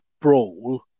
brawl